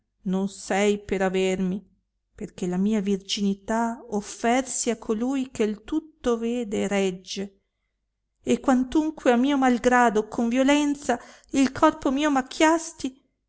non sei per avermi perchè la mia virginità offersi a colui che tutto vede e regge e quantunque a mio mal grado con violenza il corpo mio macchiasti